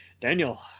Daniel